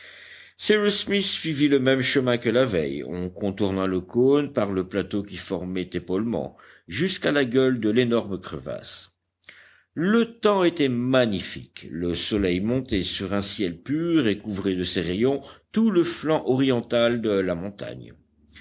suivit le même chemin que la veille on contourna le cône par le plateau qui formait épaulement jusqu'à la gueule de l'énorme crevasse le temps était magnifique le soleil montait sur un ciel pur et couvrait de ses rayons tout le flanc oriental de la montagne